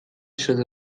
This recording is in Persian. شده